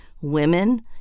women